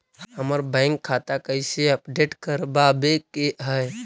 हमर बैंक खाता कैसे अपडेट करबाबे के है?